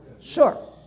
Sure